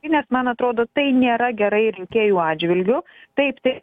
nes man atrodo tai nėra gerai rinkėjų atžvilgiu taip tai